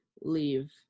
leave